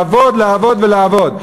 לעבוד, לעבוד ולעבוד.